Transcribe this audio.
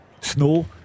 snow